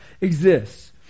exists